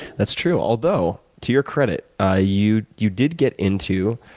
that's true. although to your credit, ah you you did get into